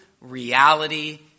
Reality